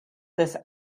this